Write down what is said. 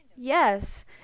Yes